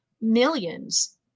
millions